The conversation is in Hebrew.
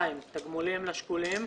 2, תגמולים לשכולים.